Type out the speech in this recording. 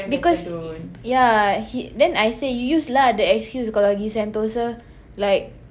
because ya he then I say you use lah the excuse kalau pergi Sentosa like